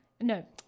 No